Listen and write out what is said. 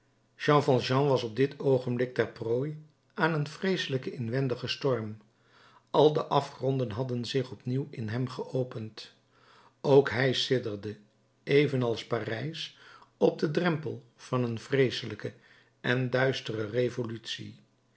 jean valjean was op dit oogenblik ter prooi aan een vreeselijken inwendigen storm al de afgronden hadden zich opnieuw in hem geopend ook hij sidderde evenals parijs op den drempel van een vreeselijke en duistere revolutie